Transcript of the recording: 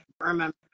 remember